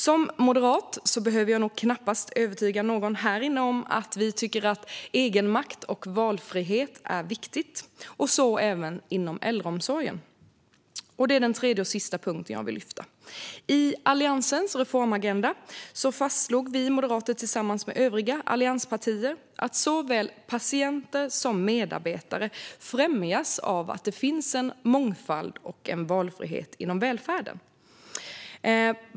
Som moderat behöver jag knappast övertyga någon här inne om att vi tycker att egenmakt och valfrihet är viktigt, så även inom äldreomsorgen. Det är den tredje och sista punkten jag vill lyfta. I Alliansens reformagenda fastslog vi moderater tillsammans med övriga allianspartier att såväl patienter som medarbetare främjas av att det finns en mångfald och en valfrihet inom välfärden.